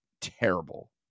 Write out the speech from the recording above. terrible